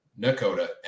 Nakota